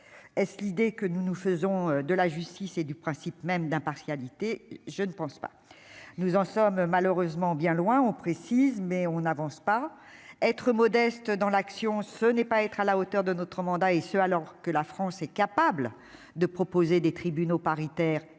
est l'idée que nous nous faisons de la justice et du principe même d'impartialité, je ne pense pas, nous en sommes malheureusement bien loin, on précise, mais on n'avance pas être modeste dans l'action, ce n'est pas être à la hauteur de notre mandat, et ce alors que la France est capable de proposer des Tribunaux paritaires efficace